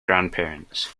grandparents